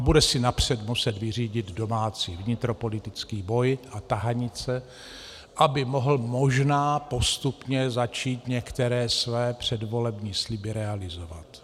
Bude si napřed muset vyřídit domácí vnitropolitický boj a tahanice, aby mohl možná postupně začít některé své předvolební sliby realizovat.